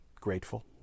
grateful